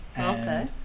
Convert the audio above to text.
Okay